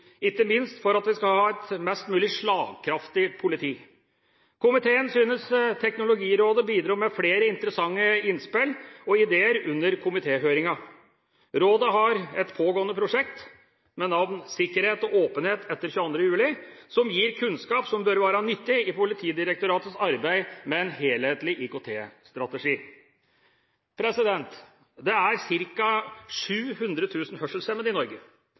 ikke minst for at vi skal ha et mest mulig slagkraftig politi. Komiteen synes Teknologirådet bidro med flere interessante innspill og ideer under komitéhøringen. Rådet har et pågående prosjekt, Sikkerhet og åpenhet etter 22. juli, som gir kunnskap som bør være nyttig i Politidirektoratets arbeid med en helhetlig IKT-strategi. Det er ca. 700 000 hørselshemmede i Norge.